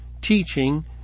teaching